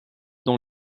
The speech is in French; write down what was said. dans